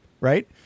Right